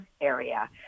area